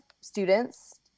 students